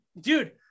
Dude